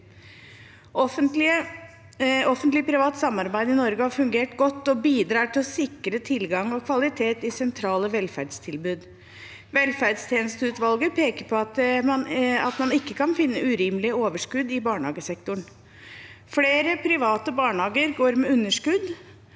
Offentlig-privat samarbeid i Norge har fungert godt og bidrar til å sikre tilgang og kvalitet i sentrale velferdstilbud. Velferdstjenesteutvalget peker på at man ikke kan finne urimelige overskudd i barnehagesektoren. Flere private barnehager går med underskudd,